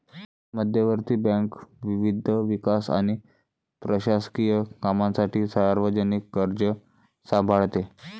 मध्यवर्ती बँक विविध विकास आणि प्रशासकीय कामांसाठी सार्वजनिक कर्ज सांभाळते